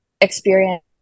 experience